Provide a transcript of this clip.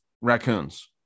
raccoons